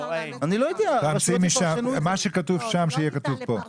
שמה שכתוב שם, יהיה כתוב פה.